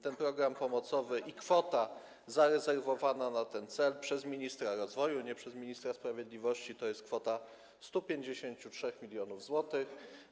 Ten program pomocowy i kwota zarezerwowana na ten cel przez ministra rozwoju, nie przez ministra sprawiedliwości, to jest kwota 153 mln zł.